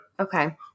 Okay